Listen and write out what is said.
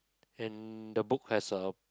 and the book has a